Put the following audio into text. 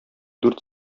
дүрт